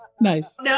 Nice